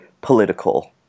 political